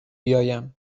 بیایم